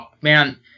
man